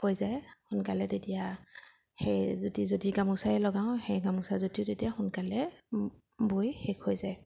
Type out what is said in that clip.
হৈ যায় সোনকালে তেতিয়া সেই জুতি যদি গামোচাই লগাওঁ সেই গামোচা জুতিও তেতিয়া সোনকালে বৈ শেষ হৈ যায়